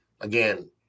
Again